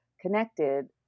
connected